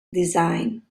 design